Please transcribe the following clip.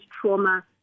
trauma